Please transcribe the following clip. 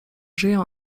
żyją